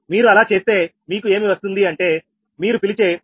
మీరు అలా చేస్తే మీకు ఏమి వస్తుంది అంటే మీరు పిలిచే 𝜆46